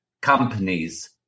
companies